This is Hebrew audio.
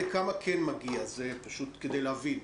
אני אשמח מאוד להגיב.